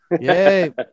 Yay